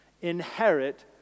inherit